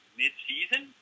mid-season